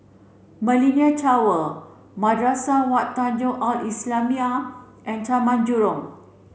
Millenia Tower Madrasah Wak Tanjong Al islamiah and Taman Jurong